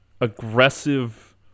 aggressive